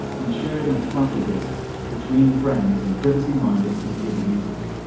and shared on floppy disks between friends and privacy-minded computer users.